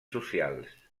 socials